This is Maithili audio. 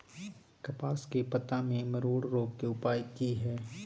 कपास के पत्ता में मरोड़ रोग के उपाय की हय?